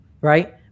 right